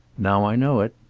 now i know it.